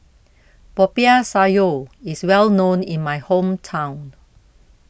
Popiah Sayur is well known in my hometown